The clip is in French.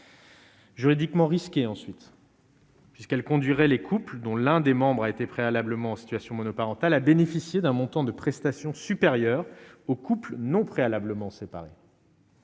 Juridiquement risqué ensuite. C'est ce qu'elle conduirait les couples dont l'un des membres a été préalablement situation monoparentale a bénéficié d'un montant de prestation supérieurs aux couples non préalablement séparés.